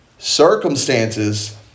circumstances